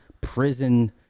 prison